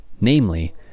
namely